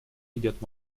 идет